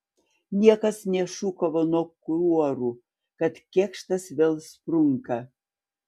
niekas nešūkavo nuo kuorų kad kėkštas vėl sprunka